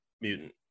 Mutant